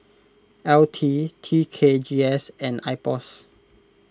L T T K G S and Ipos